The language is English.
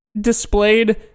displayed